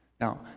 Now